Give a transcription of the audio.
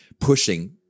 pushing